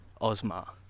Ozma